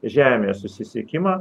žemės susisiekimą